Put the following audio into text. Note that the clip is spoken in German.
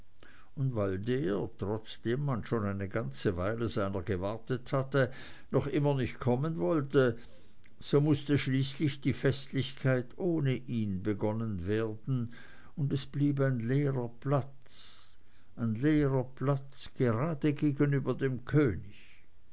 und weil der trotzdem man schon eine ganze weile seiner gewartet hatte noch immer nicht kommen wollte so mußte schließlich die festlichkeit ohne ihn begonnen werden und es blieb ein leerer platz ein leerer platz gerade gegenüber dem könig